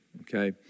Okay